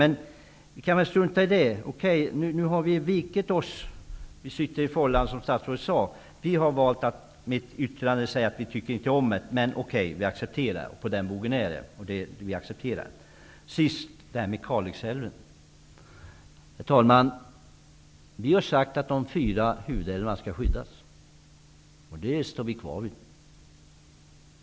Men vi behöver inte närmare gå in på det. Vi har nu vikt oss och sitter, som statsrådet sade, i fållan. Vi har valt att i ett särskilt yttrande tala om att vi inte tycker om uppläggningen, men ändå accepterar den, och sådant är läget nu. Vad sist gäller Kalixälven har vi, herr talman, sagt att de fyra huvudälvarna skall skyddas, och det står vi kvar vid.